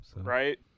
right